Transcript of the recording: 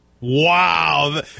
Wow